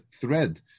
thread